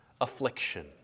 affliction